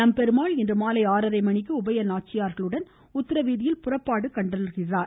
நம்பெருமாள் இன்றுமாலை ஆறரைமணிக்கு உபய நாச்சியார்களுடன் உத்திரவீதியில் புறப்பாடு கண்டருள்கிறார்